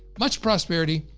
much prosperity,